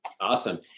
Awesome